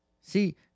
See